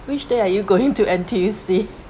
which day are you going to N_T_U_C_